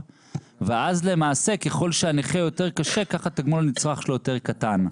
ואז למעשה ככל שהנכה יותר קשה ככה תגמול הנצרך שלו יותר קטן.